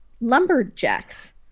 lumberjacks